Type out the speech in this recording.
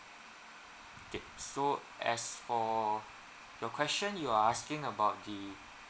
okay so as for your question you are asking about the